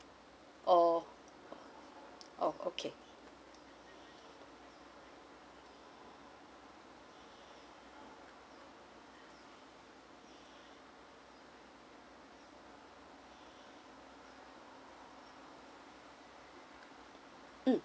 oh oh okay mm